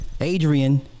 Adrian